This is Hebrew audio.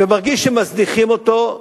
ומרגיש שמזניחים אותו,